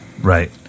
Right